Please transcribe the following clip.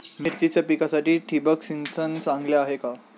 मिरचीच्या पिकासाठी ठिबक सिंचन चांगले आहे का?